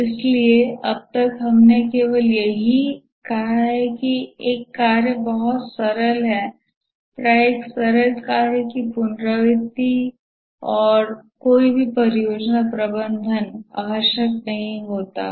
इसलिए अब तक हमने केवल यही कहा है कि एक कार्य बहुत सरल है प्रायः एक सरल कार्य के लिए पुनरावृति और कोई भी परियोजना प्रबंधन आवश्यक नहीं होता है